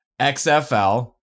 XFL